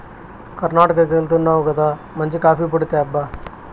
కర్ణాటకెళ్తున్నావు గదా మంచి కాఫీ పొడి తేబ్బా